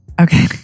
Okay